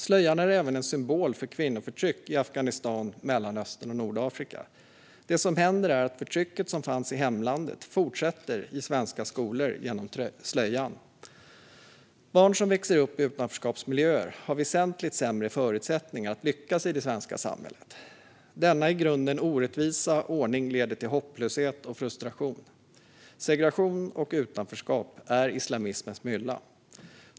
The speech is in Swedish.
Slöjan är även en symbol för kvinnoförtryck i Afghanistan, Mellanöstern och Nordafrika. Det som händer är att förtrycket som fanns i hemlandet fortsätter i svenska skolor, genom slöjan. Barn som växer upp i utanförskapsmiljöer har väsentligt sämre förutsättningar att lyckas i det svenska samhället. Denna i grunden orättvisa ordning leder till hopplöshet och frustration. Segregation och utanförskap är islamismens mylla.